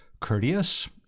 Courteous